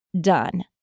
done